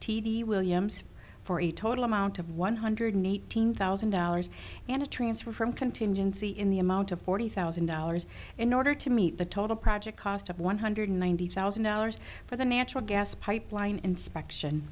v williams for a total amount of one hundred eighteen thousand dollars and a transfer from contingency in the amount of forty thousand dollars in order to meet the total project cost of one hundred ninety thousand dollars for the natural gas pipeline inspection